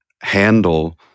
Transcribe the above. handle